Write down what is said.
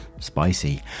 Spicy